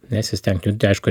nesistengti judint aišku